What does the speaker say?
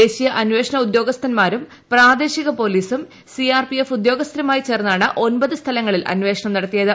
ദേശീയ അന്വേഷണ ഉദ്യോഗസ്ഥൻമാരും പ്രാദേശിക പോലീസും സി ആർ പി എഫ് ഉദ്യോഗസ്ഥരുമായി ചേർന്നാണ് ഒൻപത് സ്ഥലങ്ങളിൽ അന്വേഷണം നടത്തിയത്